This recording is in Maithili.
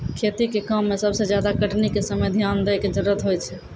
खेती के काम में सबसे ज्यादा कटनी के समय ध्यान दैय कॅ जरूरत होय छै